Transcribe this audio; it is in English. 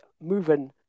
moving